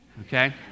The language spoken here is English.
Okay